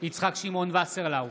יצחק שמעון וסרלאוף,